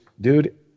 dude